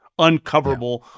uncoverable